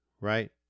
Right